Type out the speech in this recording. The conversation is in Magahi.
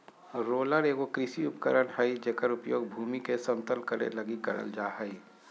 रोलर एगो कृषि उपकरण हइ जेकर उपयोग भूमि के समतल करे लगी करल जा हइ